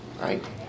right